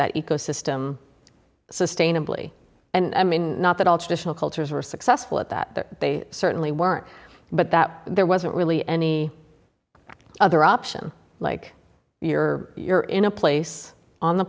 that ecosystem sustainably and i mean not that all traditional cultures were successful at that they certainly weren't but that there wasn't really any other option like you're you're in a place on the